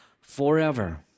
forever